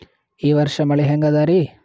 ಈ ವರ್ಷ ಮಳಿ ಹೆಂಗ ಅದಾರಿ?